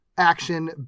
action